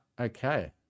okay